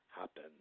happen